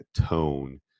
tone